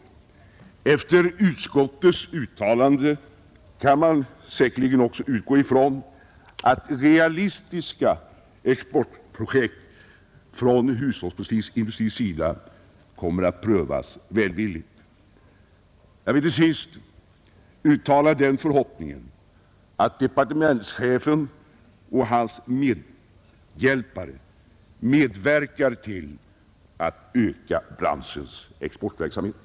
Efter utskottets uttalande kan man säkerligen också utgå från att realistiska exportprojekt från hushållsporslinsindustrins sida kommer att prövas välvilligt. Jag vill till sist uttala den förhoppningen att departementschefen och hans medhjälpare medverkar till att öka branschens exportverksamhet.